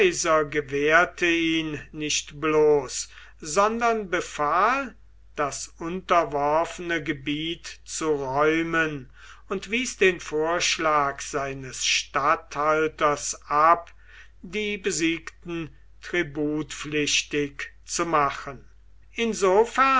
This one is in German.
gewährte ihn nicht bloß sondern befahl das unterworfene gebiet zu räumen und wies den vorschlag seines statthalters ab die besiegten tributpflichtig zu machen insofern